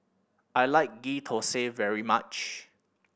I like Ghee Thosai very much